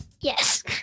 Yes